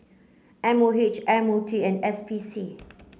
M O H M O T and S P C